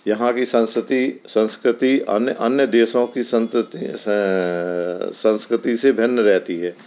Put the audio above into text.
यहाँ की संस्कृति संस्कृति अन्य अन्य देशों की संस्कृति संस्कृति से भिन्न रहती है